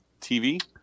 TV